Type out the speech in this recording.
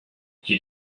you